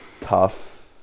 tough